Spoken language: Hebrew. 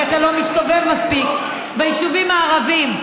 כי אתה לא מסתובב מספיק ביישובים הערביים.